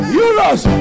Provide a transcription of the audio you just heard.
euros